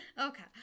Okay